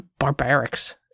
Barbarics